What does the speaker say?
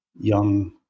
young